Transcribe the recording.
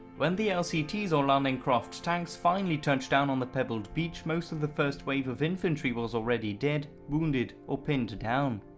when the lct's or landing craft tanks finally touched down on the pebbled beach, most of the first wave of infantry was already dead, wounded or pinned down.